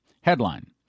Headline